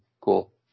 cool